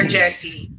Jesse